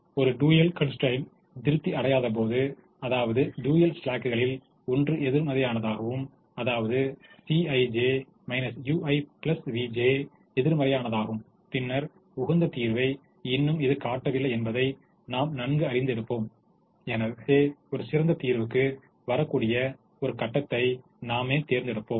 ஒரு dual constraint திருப்தி அடையாதபோது அதாவது டூயல் ஸ்லாக்குகளில் ஒன்று எதிர்மறையானது அதாவது Cij vj எதிர்மறையானதாகும் பின்னர் உகந்த தீர்வை இன்னும் இது எட்டவில்லை என்பதை நாம் நன்கு அறிவோம் ஒரு சிறந்த தீர்வுக்கு வரக்கூடிய ஒரு கட்டத்தை நாமே தேர்ந்தெடுப்போம்